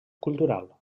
cultural